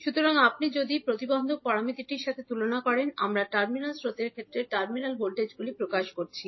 সুতরাং আপনি যদি প্রতিবন্ধক প্যারামিটারটির সাথে তুলনা করেন আমরা টার্মিনাল স্রোতের ক্ষেত্রে টার্মিনাল ভোল্টেজগুলি প্রকাশ করছি